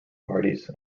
parties